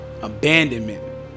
abandonment